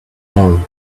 tomorrow